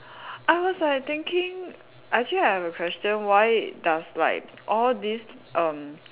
I was like thinking actually I have a question why does like all these erm